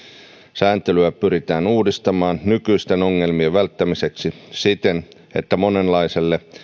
sääntelyä pyritään uudistamaan nykyisten ongelmien välttämiseksi siten että monenlaiselle